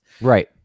right